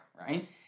right